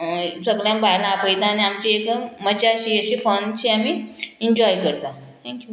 सगल्यांक बायलांक आपयता आनी आमची एक मजा अशी अशी फनशी आमी इन्जॉय करता थँक्यू